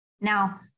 Now